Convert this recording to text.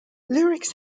lyrics